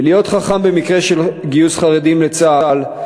ולהיות חכם במקרה של גיוס חרדים לצה"ל,